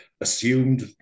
assumed